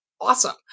awesome